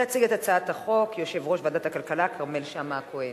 יציג את הצעת החוק יושב-ראש ועדת הכלכלה כרמל שאמה-הכהן.